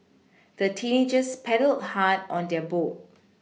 the teenagers paddled hard on their boat